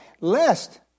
Lest